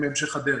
בהמשך הדרך.